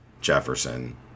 jefferson